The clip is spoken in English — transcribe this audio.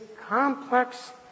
complex